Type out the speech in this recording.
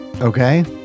Okay